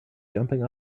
jumping